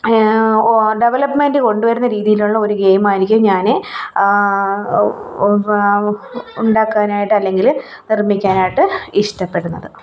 development കൊണ്ടു വരുന്ന രീതിയിലുള്ള ഒരു ഗെയ്മായിരിക്കും ഞാൻ ഉണ്ടാക്കാനായിട്ട് അല്ലെങ്കിൽ നിർമ്മിക്കാനായിട്ട് ഇഷ്ടപ്പെടുന്നത്